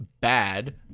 bad